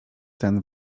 ten